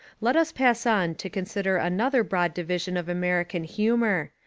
let us pass on to consider another broad di vision of american humour,